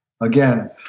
Again